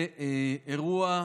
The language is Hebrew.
זה אירוע,